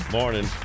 morning